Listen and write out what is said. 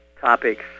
topics